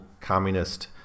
communist